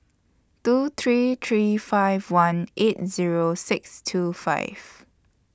two three three five one eight Zero six two five